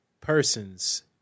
persons